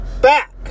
Back